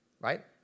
right